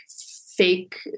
fake